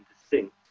distinct